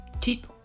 keep